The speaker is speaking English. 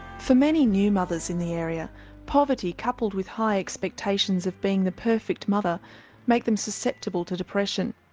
for many new mothers in the area poverty coupled with high expectations of being the perfect mother make them susceptible to depression.